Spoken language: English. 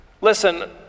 Listen